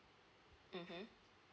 mmhmm